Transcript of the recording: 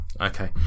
okay